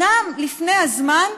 שנה לפני הזמן.